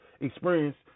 experience